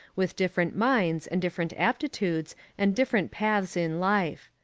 with different minds and different aptitudes and different paths in life.